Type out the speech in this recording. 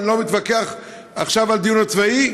ואני לא מתווכח עכשיו על הדיון הצבאי,